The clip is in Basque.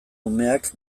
umeak